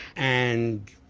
and